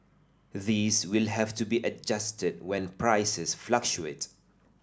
these will have to be adjusted when prices fluctuate